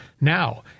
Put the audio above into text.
Now